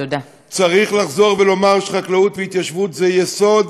צריך לחזור ולומר שחקלאות והתיישבות זה יסוד,